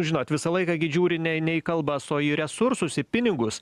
žinot visą laiką gi žiūri ne į kalbas o į resursus į pinigus